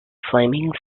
flaming